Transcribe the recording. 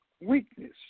weakness